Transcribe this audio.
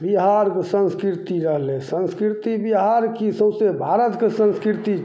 बिहार संस्कृति रहलै संस्कृति बिहार कि सोँसे भारतके संस्कृति